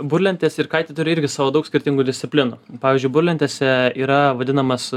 burlentės ir kaitai turi irgi savo daug skirtingų disciplinų pavyzdžiui burlentėse yra vadinamas